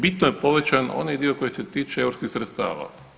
Bitno je povećan onaj dio koji se tiče europskih sredstava.